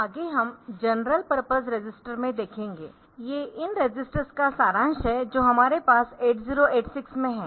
आगे हम general purpose register में देखेंगे ये इन रजिस्टर्स का सारांश है जो हमारे पास 8086 में है